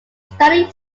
studied